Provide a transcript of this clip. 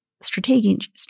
strategic